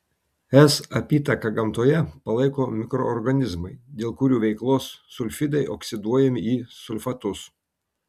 s apytaką gamtoje palaiko mikroorganizmai dėl kurių veiklos sulfidai oksiduojami į sulfatus